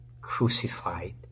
crucified